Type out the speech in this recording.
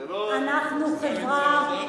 אנחנו חברה,